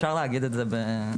וחבל.